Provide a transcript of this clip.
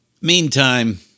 Meantime